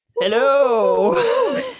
Hello